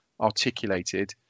articulated